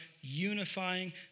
unifying